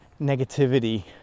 negativity